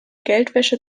geldwäsche